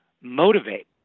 motivate